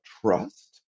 trust